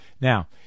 Now